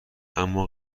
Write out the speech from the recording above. اما